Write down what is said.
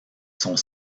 sont